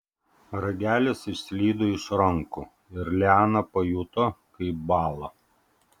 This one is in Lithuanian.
ragelis išslydo iš rankų ir liana pajuto kaip bąla